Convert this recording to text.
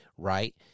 Right